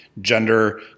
gender